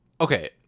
Okay